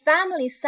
Family